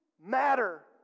matter